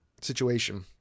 situation